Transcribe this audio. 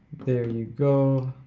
there you go.